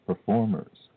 Performers